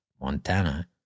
Montana